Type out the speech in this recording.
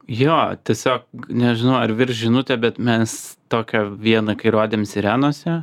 jo tiesiog nežinau ar virš žinutė bet mes tokią vieną kai rodėme sirenose